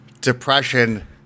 depression